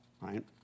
right